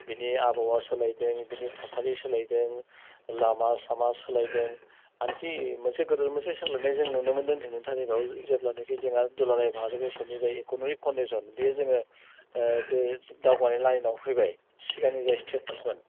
बेनि आबहावा सोलायदों बेनि थासारि सोलायदों लामा सामा सोलायदों आनकि मोनसे गिदिर मोनसे सोलायनाय जों नुनो मोन्दों दिनैनि तारिखाव जेब्लानोकि जोंहा दुलाराय भारत हादरनि जाय इक'न'मिक कण्डिसन बेयो जोङो बे दावगायनाय लाइनआव फैबाय सिगांनि जा स्टेटासमोन